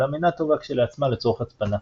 אולם אינה טובה כשלעצמה לצורך הצפנה.